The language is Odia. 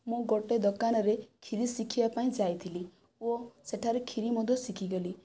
ମୁଁ ଗୋଟିଏ ଦୋକାନରେ ଖିରୀ ଶିଖିବା ପାଇଁ ଯାଇଥିଲି ଓ ସେଠାରେ ଖିରୀ ମଧ୍ୟ ଶିଖିଗଲି